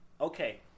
okay